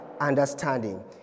understanding